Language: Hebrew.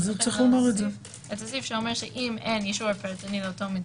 את הסעיף שאומר שאם אין אישור פרטני לאותו מתקן,